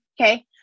okay